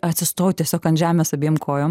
atsistojau tiesiog ant žemės abiem kojom